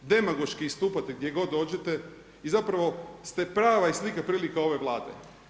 Demagoški istupate gdje god dođete i zapravo ste prava i slika i prilika ove Vlade.